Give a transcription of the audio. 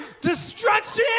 destruction